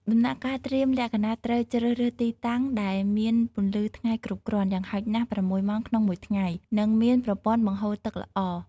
ដំណាក់កាលត្រៀមលក្ខណៈ ត្រូវជ្រើសរើសទីតាំងដែលមានពន្លឺថ្ងៃគ្រប់គ្រាន់ យ៉ាងហោចណាស់ ៦ ម៉ោងក្នុងមួយថ្ងៃ និងមានប្រព័ន្ធបង្ហូរទឹកល្អ។